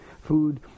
food